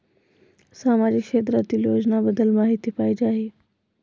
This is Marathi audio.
सामाजिक क्षेत्रातील योजनाबद्दल माहिती पाहिजे आहे?